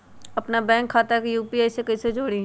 अपना बैंक खाता के यू.पी.आई से कईसे जोड़ी?